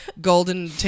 golden